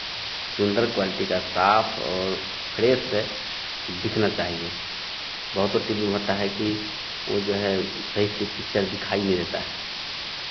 सुन्दर क्वालिटी का साफ और फ्रेश दिखना चाहिए बहुत टी वी में होता है कि वो जो है सही से पिक्चर दिखाई नहीं देता है